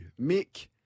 Mick